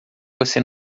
você